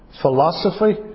philosophy